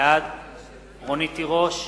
בעד רונית תירוש,